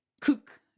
cook